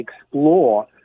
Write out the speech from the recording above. explore